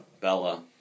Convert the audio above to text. Bella